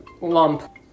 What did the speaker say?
lump